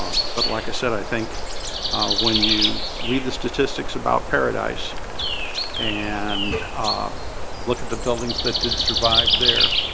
but like i said, i think when you read the statistics about paradise and look at the buildings that did survive there